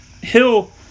Hill